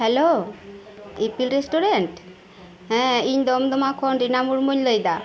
hello ᱤᱯᱤᱞ restaurant ᱦᱮᱸ ᱤᱧ ᱫᱚᱢᱰᱚᱢᱟ ᱠᱷᱟᱱ ᱨᱤᱱᱟ ᱢᱩᱨᱢᱩᱧ ᱞᱟᱹᱭᱮᱫᱟ